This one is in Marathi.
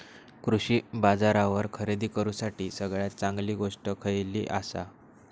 कृषी बाजारावर खरेदी करूसाठी सगळ्यात चांगली गोष्ट खैयली आसा?